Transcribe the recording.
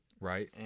Right